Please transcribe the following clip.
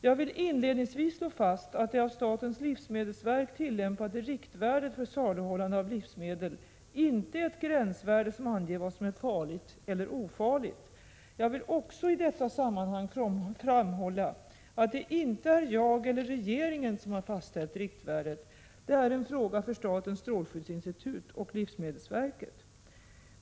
Jag vill inledningsvis slå fast att det av statens livsmedelsverk tillämpade riktvärdet för saluhållande av livsmedel inte är ett gränsvärde som anger vad som är farligt eller ofarligt. Jag vill också i detta sammanhang framhålla att det inte är jag eller regeringen som fastställt riktvärdet. Det är en fråga för statens strålskyddsinstitut och livsmedelsverket.